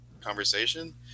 conversation